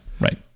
right